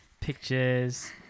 pictures